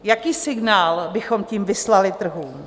Jaký signál bychom tím vyslali trhům?